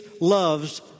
loves